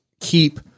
keep